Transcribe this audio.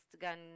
gun